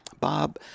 bob